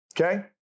Okay